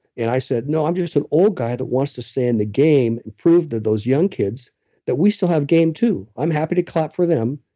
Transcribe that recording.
and i said, no, i'm just an old guy that wants to stay in the game and prove to those young kids that we still have game too. i'm happy to clap for them,